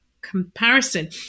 comparison